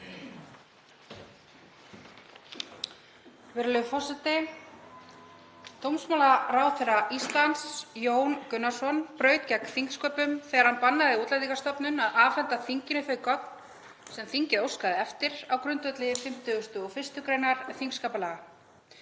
Virðulegur forseti. Dómsmálaráðherra Íslands, Jón Gunnarsson, braut gegn þingsköpum þegar hann bannaði Útlendingastofnun að afhenda þinginu þau gögn sem þingið óskaði eftir á grundvelli 51. gr. þingskapalaga.